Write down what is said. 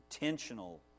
intentional